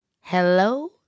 Hello